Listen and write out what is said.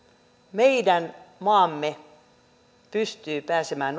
meidän maamme pystyy pääsemään